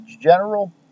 general